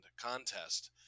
contest